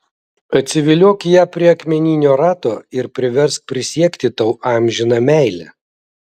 atsiviliok ją prie akmeninio rato ir priversk prisiekti tau amžiną meilę